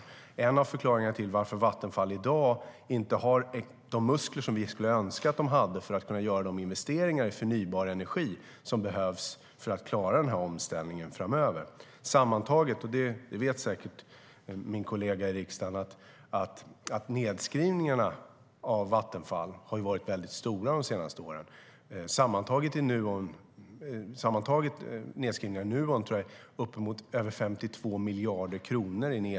Det är en av förklaringarna till att Vattenfall i dag inte har de muskler som vi skulle önska att de hade för att kunna göra de investeringar i förnybar energi som behövs för att denna omställning ska klaras framöver. Som min kollega i riksdagen säkert vet har nedskrivningarna av Vattenfall varit mycket stora under de senaste åren. Jag tror att nedskrivningarna av Nuon sammantaget är på över 52 miljarder kronor.